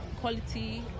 quality